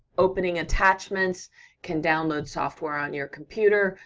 opening attachments can download software on your computer,